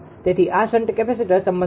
તેથી આ shunt capacitor સંબંધિત છે